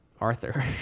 Arthur